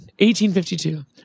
1852